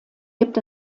gibt